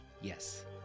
Yes